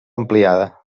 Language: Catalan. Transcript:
ampliada